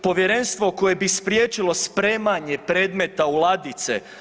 Povjerenstvo koje bi spriječilo spremanje predmeta u ladice.